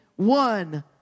One